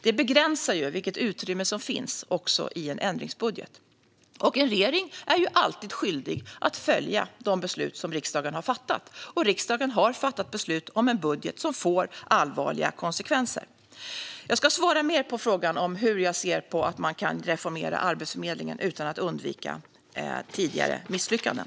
Det begränsar det utrymme som finns, också i en ändringsbudget. En regering är alltid skyldig att följa de beslut som riksdagen har fattat, och riksdagen har fattat beslut om en budget som får allvarliga konsekvenser. Jag ska svara mer på frågan hur jag ser på att man kan reformera Arbetsförmedlingen utan att upprepa tidigare misslyckanden.